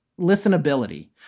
listenability